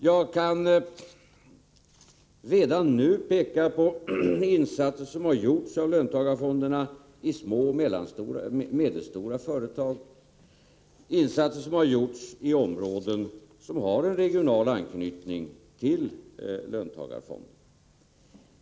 Jag kan redan nu peka på insatser som har gjorts av löntagarfonderna i små och medelstora företag och i områden som har en regional anknytning till löntagarfonderna.